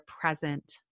present